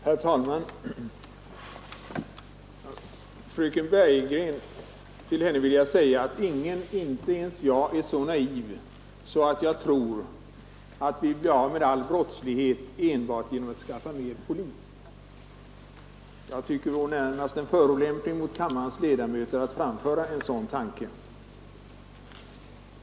Herr talman! Till fröken Bergegren vill jag säga att ingen, inte ens jag, är så naiv att han tror att vi blir av med all brottslighet enbart genom att skaffa mer poliser. Jag tycker att det vore närmast en förolämpning mot kammarens ledamöter att framföra en sådan tanke.